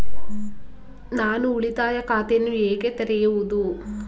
ನಾನು ಉಳಿತಾಯ ಖಾತೆಯನ್ನು ಹೇಗೆ ತೆರೆಯುವುದು?